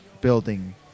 building